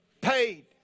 paid